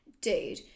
dude